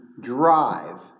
drive